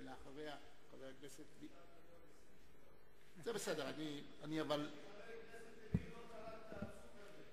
חבר הכנסת לוין לא קרא את הפסוק הזה.